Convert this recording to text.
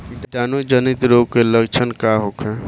कीटाणु जनित रोग के लक्षण का होखे?